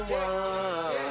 one